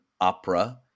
Opera